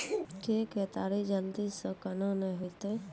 के केताड़ी जल्दी से के ना होते?